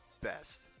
best